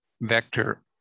vector